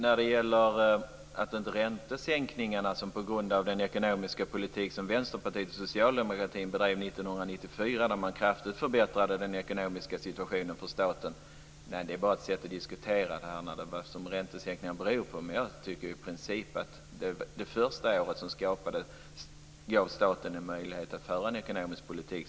Fru talman! Den ekonomiska politik som Vänsterpartiet och socialdemokratin bedrev 1994 förbättrade kraftigt statens ekonomiska situation. Det är bara ett sätt att förklara vad räntesänkningarna beror på, men jag menar i princip att staten under det första året fick möjlighet att föra en sådan ekonomisk politik.